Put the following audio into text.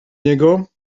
niego